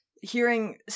hearing